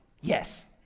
Yes